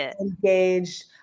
engaged